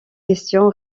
question